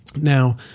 Now